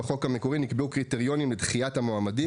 בחוק המקורי נקבעו קריטריונים לדחיית המועמדים,